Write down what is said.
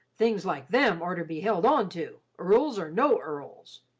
things like them orter be held on to, earls or no earls.